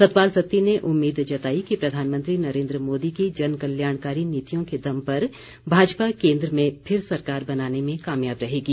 सतपाल सत्ती ने उम्मीद जताई कि प्रधानमंत्री नरेन्द्र मोदी की जनकल्याणकारी नीतियों के दम पर भाजपा केन्द्र में फिर सरकार बनाने में कामयाब रहेगी